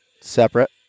separate